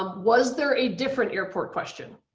um was there a different airport question?